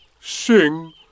sing